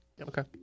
Okay